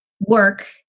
work